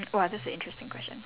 !wah! that's an interesting question